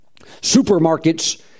supermarkets